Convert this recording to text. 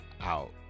out